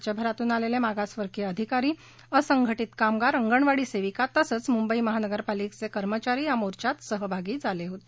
राज्यभरातून आलेले मागासवर्गीय अधिकारी असंघटित कामगार अंगणवाडी सेविका तसेच मुंबई महानगरपालिकेचे कर्मचारी या मोर्चात सहभागी झाले होते